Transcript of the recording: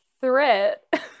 threat